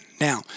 Now